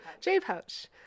J-pouch